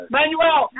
Manuel